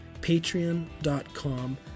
patreon.com